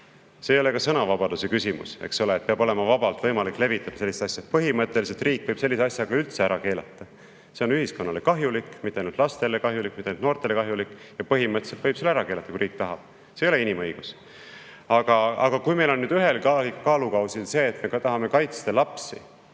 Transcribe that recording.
See ei ole ka sõnavabaduse küsimus, eks ole, et peab olema võimalik vabalt levitada sellist asja. Põhimõtteliselt riik võib sellise asja ka üldse ära keelata. See on [kogu] ühiskonnale kahjulik, mitte ainult lastele, mitte ainult noortele, ja põhimõtteliselt võib selle ära keelata, kui riik seda tahab. See ei ole inimõigus. Meil on ühel kaalukausil see, et me tahame kaitsta lapsi